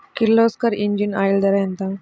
Kirloskar engine oil ధర ఎంత?